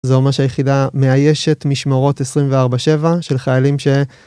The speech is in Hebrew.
זהו אומר שהיחידה מאיישת משמורות 24-7 של חיילים ש...